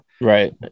right